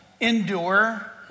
endure